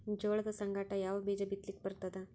ಜೋಳದ ಸಂಗಾಟ ಯಾವ ಬೀಜಾ ಬಿತಲಿಕ್ಕ ಬರ್ತಾದ?